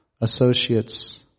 associates